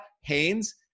haynes